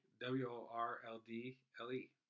W-O-R-L-D-L-E